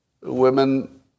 women